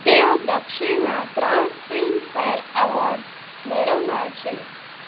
તેઓ દક્ષિણના ત્રણ ફિલ્મફેર એવોર્ડ્સ મેળવનાર છે